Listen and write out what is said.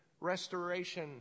restoration